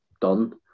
done